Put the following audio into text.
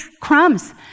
crumbs